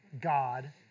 God